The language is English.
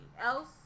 else